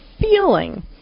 feeling